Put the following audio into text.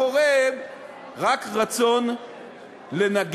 שאין מאחוריהן רצון להחליף ממשלה בממשלה אחרת,